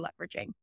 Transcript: leveraging